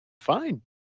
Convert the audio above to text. fine